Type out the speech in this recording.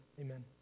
amen